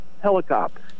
helicopter